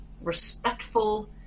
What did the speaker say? respectful